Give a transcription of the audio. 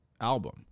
album